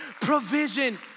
Provision